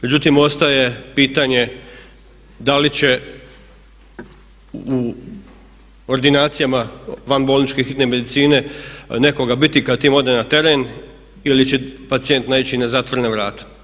Međutim, ostaje pitanje da li će u ordinacijama vanbolničke medicine nekoga biti kad tim ode na teren ili će pacijent naići na zatvorena vrata.